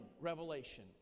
revelation